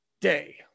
day